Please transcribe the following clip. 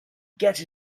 get